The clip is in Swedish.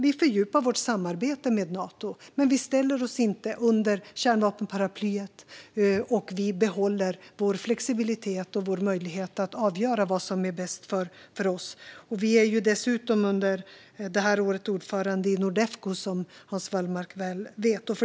Vi fördjupar vårt samarbete med Nato, men vi ställer oss inte under kärnvapenparaplyet, och vi behåller vår flexibilitet och vår möjlighet att avgöra vad som är bäst för oss. Vi är dessutom under det här året ordförande i Nordefco, som Hans Wallmark väl vet.